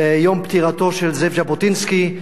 יום פטירתו של זאב ז'בוטינסקי,